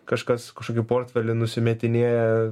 kažkas kažkokį portfelį nusimetinėja